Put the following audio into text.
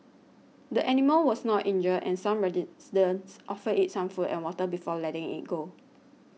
the animal was not injured and some offered it some food and water before letting it go